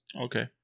Okay